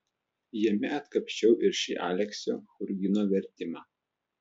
jame atkapsčiau ir šį aleksio churgino vertimą